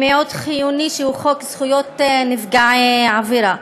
מאוד חיוני, שהוא חוק זכויות נפגעי עבירה.